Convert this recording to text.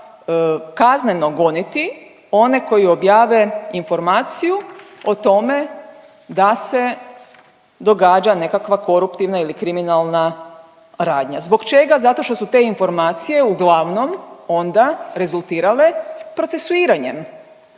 kazneno goniti one koji objave informaciju o tome da se događa nekakva koruptivna ili kriminalna radnja. Zbog čega? Zato što su te informacije uglavnom onda rezultirale procesuiranjem